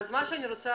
אין מתנגדים.